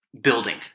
building